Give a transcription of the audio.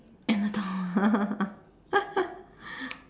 and the dog